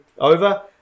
over